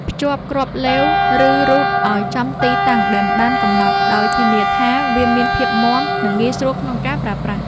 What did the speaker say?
ភ្ជាប់គ្រាប់ឡេវ ឬរ៉ូតឱ្យចំទីតាំងដែលបានកំណត់ ដោយធានាថាវាមានភាពមាំ និងងាយស្រួលក្នុងការប្រើប្រាស់។